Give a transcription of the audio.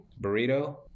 Burrito